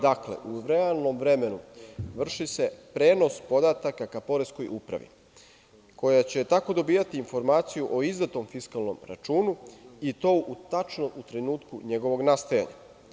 Dakle, u realnom vremenu vrši se prenos podataka Poreskoj upravi koja će tako dobijati informaciju o izdatom fiskalnom računu i to tačno u trenutku njegovog nastajanja.